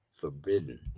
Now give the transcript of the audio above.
forbidden